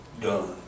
done